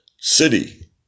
city